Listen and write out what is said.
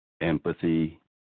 empathy